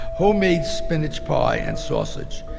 homemade spinach pie and sausage.